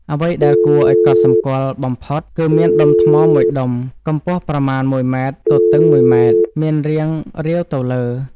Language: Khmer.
អ្វីដែលគួរឲ្យកត់សម្គាល់បំផុត គឺមានដុំថ្មមួយដុំកម្ពស់ប្រមាណ ១ ម៉ែត្រ ទទឹង ១ ម៉ែត្រ មានរាងរៀវទៅលើ។